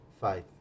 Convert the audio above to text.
Faith